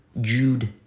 Jude